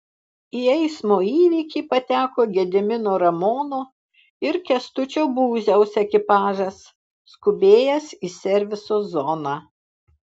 į eismo įvykį pateko gedimino ramono ir kęstučio būziaus ekipažas skubėjęs į serviso zoną